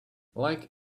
like